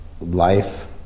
life